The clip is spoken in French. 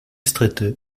strette